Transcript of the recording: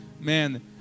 Man